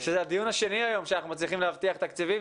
שזה הדיון השני היום שאנחנו מצליחים להבטיח תקציבים.